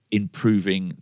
improving